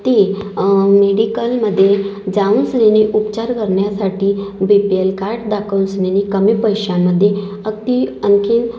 ते मेडिकलमधे जाऊनसनीनी उपचार करण्यासाठी बी पी एल कार्ड दाखऊनसनीनी कमी पैशांमध्ये अगदी आणखीन